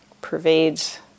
pervades